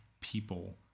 people